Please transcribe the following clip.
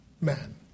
man